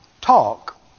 talk